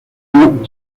año